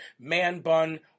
man-bun